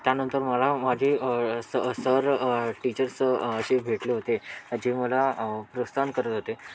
त्यानंतर मला माझी स सर टीचर्स हे भेटले होते जे मला प्रोत्साहन करत होते